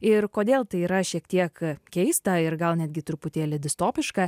ir kodėl tai yra šiek tiek keista ir gal netgi truputėlį distopiška